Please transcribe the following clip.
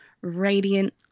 radiant